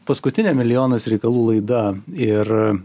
paskutinė milijonas reikalų laida ir